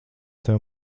tev